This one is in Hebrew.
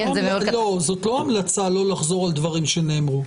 זאת לא המלצה לא לחזור על דברים שנאמרו,